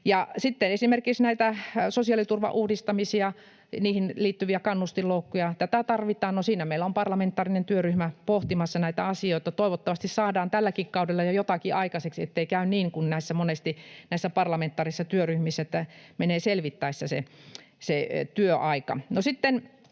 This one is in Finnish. sitten esimerkiksi näitä sosiaaliturvan uudistamisia, niihin liittyvien kannustinloukkujen poistamista — tätä tarvitaan. No, siinä meillä on parlamentaarinen työryhmä pohtimassa näitä asioita. Toivottavasti saadaan tälläkin kaudella jo jotakin aikaiseksi, ettei käy niin kuin näissä parlamentaarisessa työryhmissä monesti käy, että menee selvittäessä se työaika.